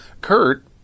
Kurt